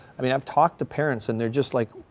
i mean i have talked to parents and they're just like,